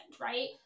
right